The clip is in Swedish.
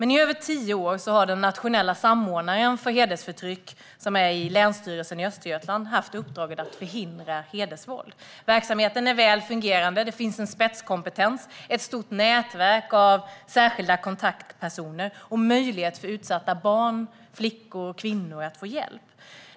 I över tio år har den nationella samordnaren för hedersförtryck på Länsstyrelsen Östergötland haft i uppdrag att förhindra hedersvåld. Verksamheten är väl fungerande. Det finns en spetskompetens, ett stort nätverk av särskilda kontaktpersoner och möjlighet för utsatta barn, flickor och kvinnor att få hjälp.